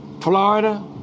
Florida